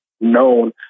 known